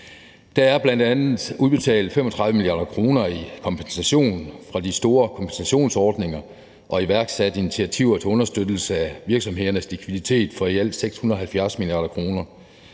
Der er bl.a. udbetalt 35 mia. kr. i kompensation fra de store kompensationsordninger og iværksat initiativer til understøttelse af virksomhedernes likviditet for i alt 670 mia. kr.